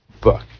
book